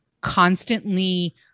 constantly